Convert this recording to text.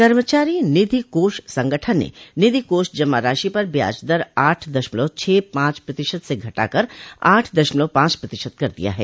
कर्मचारी निधि कोष संगठन ने निधि कोष जमा राशि पर ब्याज दर आठ दशमलव छह पांच प्रतिशत से घटाकर आठ दशमलव पांच प्रतिशत कर दिया है